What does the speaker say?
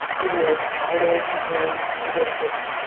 maybe you're excited, you've really needed this,